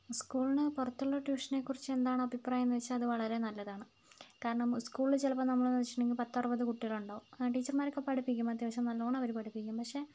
സ്കൂളിന് പുറത്തൊള്ള ട്യൂഷനെക്കുറിച്ച് എന്താണ് അഭിപ്രായം എന്ന് വെച്ചാൽ അത് വളരെ നല്ലതാണ് കാരണം സ്കൂളിൽ ചിലപ്പം നമ്മളെന്ന് വെച്ചിട്ടുണ്ടെങ്കിൽ പത്തറുപത് കുട്ടികളുണ്ടാവും ആ ടീച്ചർമാരൊക്കെ പഠിപ്പിക്കും അത്യാവശ്യം നല്ലോണം അവർ പഠിപ്പിക്കും പക്ഷെ